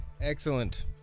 Excellent